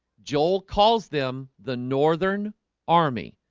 joel calls them the northern army.